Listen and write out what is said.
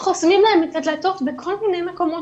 חוסמים להם את הדלתות בכל מיני מקומות.